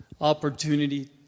opportunity